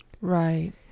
Right